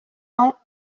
ans